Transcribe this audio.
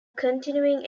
continuing